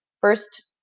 first